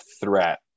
threat